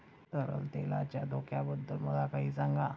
तरलतेच्या धोक्याबद्दल मला काही सांगा